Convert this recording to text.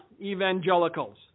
Evangelicals